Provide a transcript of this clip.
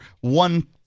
one